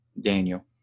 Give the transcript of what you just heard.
Daniel